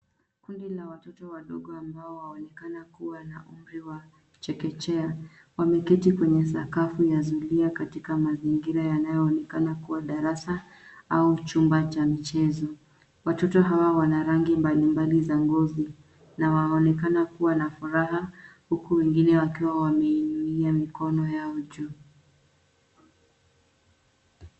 Kundi la watoto wadogo ambao waonekana kuwa na umri wa chekechea. Wameketi kwenye sakafu ya zulia katika mazingira yanayoonekana kuwa darasa au chumba cha michezo. Watoto hawa wana rangi mbali mbali za ngozi na waonekana kuwa na furaha huku wengine wakiwa wameiinua mikono yao juu.